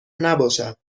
نباشد